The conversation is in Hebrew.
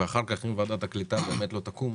ואחר כך אם ועדת הקליטה באמת לא תקום,